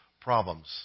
problems